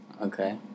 Okay